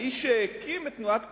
האיש שהקים את תנועת קדימה,